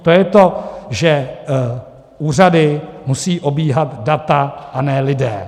To je to, že úřady musí obíhat data, a ne lidé.